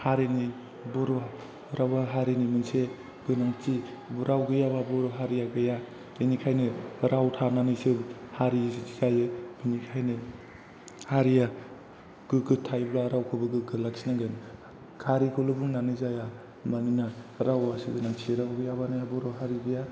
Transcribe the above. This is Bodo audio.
हारिनि बर' रावा हारिनि मोनसे गोनांथि राव गैयाबा बर' हारिया गैया बेनिखायनो राव थानानैसो हारि जायो बेनिखायनो हारिया गोगो थायोब्ला रावखौबो गोगो लाखिनांगोन हारिखौल' बुंनानै जाया मानोना रावा सोलिनांगोन राव गैयाब्लानो बर' हारि गैया